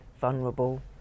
vulnerable